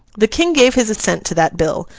the king gave his assent to that bill,